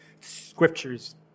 Scriptures